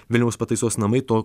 vilniaus pataisos namai to